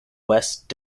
west